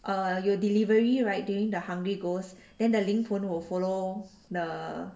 err you delivery right during the hungry ghost then the 灵魂 will follow the